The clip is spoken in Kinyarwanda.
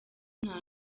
nta